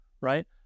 right